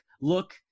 Look